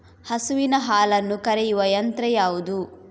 ಹಸುವಿನ ಹಾಲನ್ನು ಕರೆಯುವ ಯಂತ್ರ ಯಾವುದು?